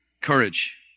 Courage